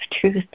truth